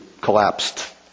collapsed